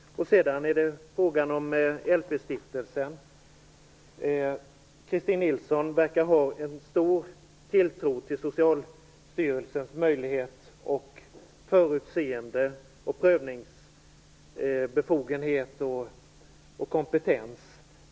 Sedan är det frågan om LP-stiftelsen. Christin Nilsson verkar ha en stor tilltro till Socialstyrelsens möjlighet, förutseende, prövningsbefogenhet och kompetens.